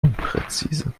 unpräzise